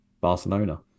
Barcelona